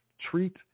treat